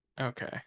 Okay